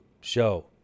show